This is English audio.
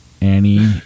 Annie